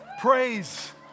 praise